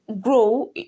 grow